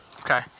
Okay